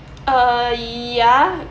uh ya